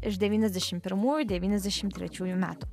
iš devyniasdešim pirmųjų devyniasdešim trečiųjų metų